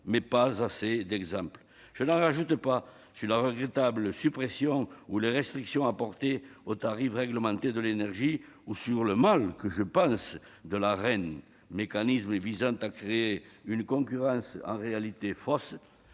mais pas assez d'exemples. Je n'en rajoute pas sur la regrettable suppression ou les restrictions apportées au tarif réglementé de l'énergie, ni sur le mal que je pense de l'Arenh, mécanisme visant à créer une concurrence en réalité fausse,